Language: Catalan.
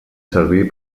servir